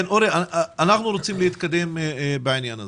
אנחנו רוצים להתקדם בעניין הזה,